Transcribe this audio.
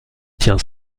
tient